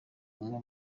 umwe